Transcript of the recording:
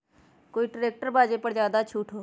कोइ ट्रैक्टर बा जे पर ज्यादा छूट हो?